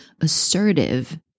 assertive